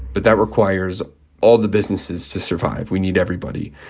but that requires all the businesses to survive. we need everybody.